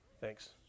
Thanks